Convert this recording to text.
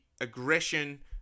aggression